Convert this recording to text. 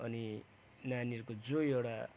अनि नानीहरूको जो एउटा